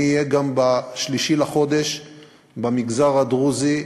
אני אהיה גם ב-3 בחודש במגזר הדרוזי,